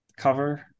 cover